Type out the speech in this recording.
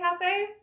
cafe